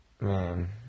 Man